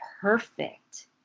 perfect